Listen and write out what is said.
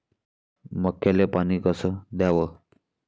मक्याले पानी कस द्याव?